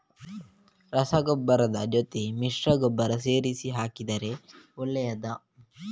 ರಸಗೊಬ್ಬರದ ಜೊತೆ ಮಿಶ್ರ ಗೊಬ್ಬರ ಸೇರಿಸಿ ಹಾಕಿದರೆ ಒಳ್ಳೆಯದಾ?